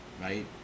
right